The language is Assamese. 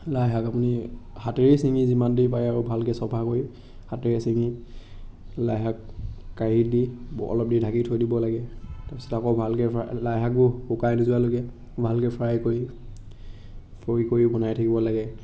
লাইশাক আপুনি হাতেৰেই চিঙি যিমান দেৰি পাৰে আৰু ভালকৈ চফা কৰি হাতেৰে চিঙি লাইশাক কেৰাহিত দি অলপ দেৰি ঢাকি থৈ দিব লাগে তাৰপিছতে আকৌ ভালকৈ ফ্ৰা লাইশাকবোৰ শুকাই নোযোৱালৈকে ভালকৈ ফ্ৰাই কৰি কৰি কৰি বনাই থাকিব লাগে